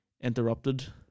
interrupted